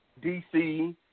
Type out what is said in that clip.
DC